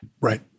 Right